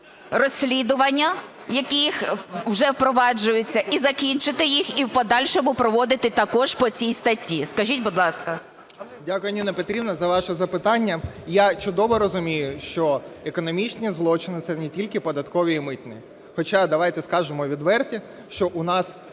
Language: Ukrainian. розслідування, які вже проваджуються, і закінчити їх, і в подальшому проводити також по цій статті? Скажіть, будь ласка. 11:20:20 ЖЕЛЕЗНЯК Я.І. Дякую, Ніна Петрівна, за ваше запитання. Я чудово розумію, що економічні злочини – це не тільки податкові і митні, хоча давайте скажімо відверто, що у нас